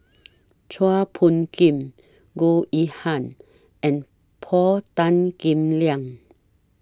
Chua Phung Kim Goh Yihan and Paul Tan Kim Liang